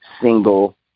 single